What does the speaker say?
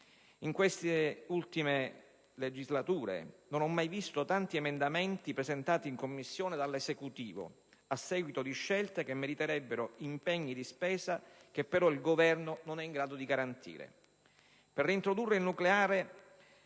In queste ultime legislature non ho mai visto tanti emendamenti presentati in Commissione dall'Esecutivo, a seguito di scelte che meriterebbero impegni di spesa che però il Governo non è in grado di garantire.